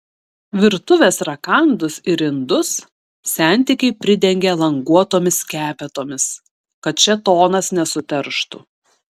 virtuvės rakandus ir indus sentikiai pridengia languotomis skepetomis kad šėtonas nesuterštų